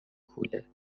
کوله